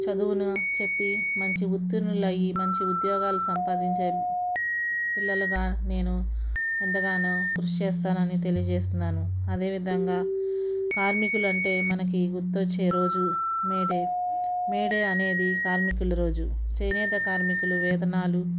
చదువును చెప్పి మంచి ఉత్తీర్ణులు అయ్యి మంచి ఉద్యోగాలు సంపాదించే పిల్లలుగా నేను ఎంతగానో కృషి చేస్తానని తెలియజేస్తున్నాను అదేవిధంగా కార్మికుల అంటే మనకి గుర్తొచ్చే రోజు మే డే మే డే అనేది కార్మికుల రోజు చేనేత కార్మికులు వేతనాలు